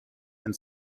and